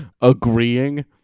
agreeing